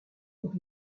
pour